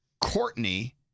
Courtney